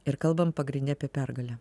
ir kalbam pagrinde apie pergalę